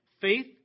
Faith